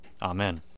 Amen